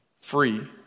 free